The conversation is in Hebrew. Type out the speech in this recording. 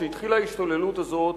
כשהתחילה ההשתוללות הזאת,